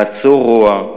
לעצור רוע,